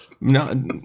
No